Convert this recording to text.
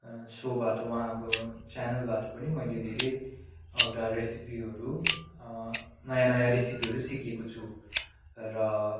सोबाट उहाँको च्यानलबाट पनि मैले धेरैवटा रेसिपीहरू नयाँ नयाँ रेसिपीहरू सिकेको छु र